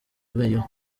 abayeho